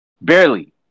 Barely